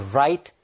right